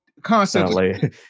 constantly